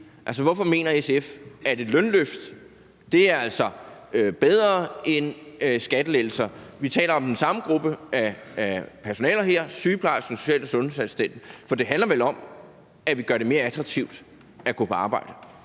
hvorfor mener SF, at et lønløft er bedre end skattelettelser? Vi taler om de samme personalegrupper her: sygeplejersken og social- og sundhedsassistenten. For det handler vel om, at vi gør det mere attraktivt at gå på arbejde.